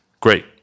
great